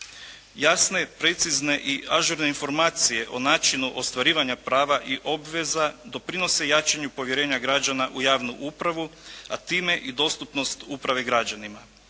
jasne, precizne i ažurne informacije o načinu ostvarivanja prava i obveza doprinose jačanju povjerenja građana u javnu upravu, a time i dostupnost uprave građanima.